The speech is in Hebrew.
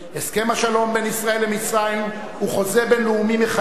הסכם השלום בין ישראל למצרים הוא חוזה בין-לאומי מחייב